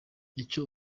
icyo